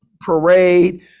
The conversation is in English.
parade